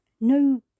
No